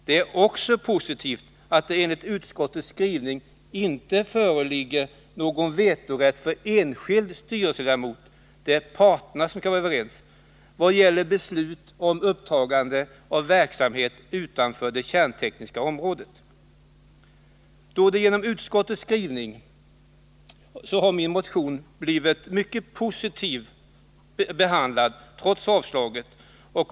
Det är också positivt att det, enligt utskottets skrivning, inte föreligger någon vetorätt för enskild styrelseledamot — det är parterna som skall vara överens — vad gäller beslut om upptagande av verksamhet utanför det kärntekniska området. Genom utskottets skrivning har min motion, trots avstyrkandet, blivit mycket positivt behandlad.